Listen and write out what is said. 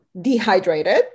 dehydrated